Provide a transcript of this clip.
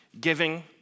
giving